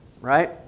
Right